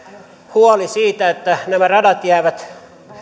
huoli siitä että nämä radat jäävät